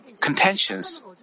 contentions